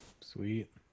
sweet